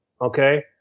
Okay